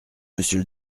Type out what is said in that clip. monsieur